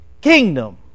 kingdom